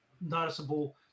noticeable